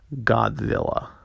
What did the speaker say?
Godzilla